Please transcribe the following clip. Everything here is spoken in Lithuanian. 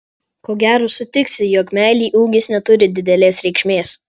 ko gero sutiksi jog meilei ūgis neturi didelės reikšmės